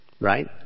right